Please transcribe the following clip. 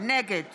נגד